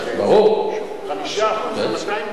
5% זה 200 דירות.